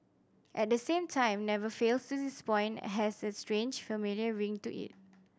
at the same time never fails to disappoint has a strange familiar ring to it